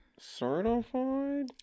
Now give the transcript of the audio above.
certified